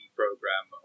program